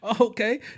Okay